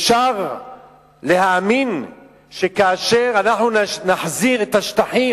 אפשר להאמין שכאשר אנחנו נחזיר את השטחים,